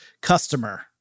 customer